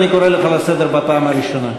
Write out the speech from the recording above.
אני קורא אותך לסדר בפעם הראשונה.